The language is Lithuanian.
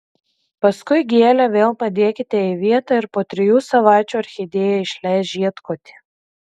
paskui gėlę vėl padėkite į vietą ir po trijų savaičių orchidėja išleis žiedkotį